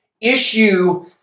issue